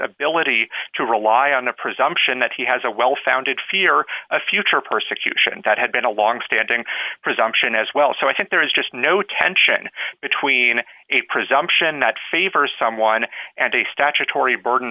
ability to rely on the presumption that he has a well founded fear of future persecution that had been a longstanding presumption as well so i think there is just no tension between a presumption that favors someone and a statutory burden